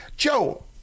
Joe